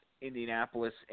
Indianapolis –